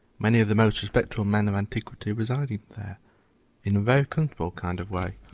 many of the most respectable men of antiquity residing there in a very comfortable kind of way.